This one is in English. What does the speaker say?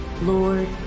Lord